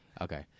Okay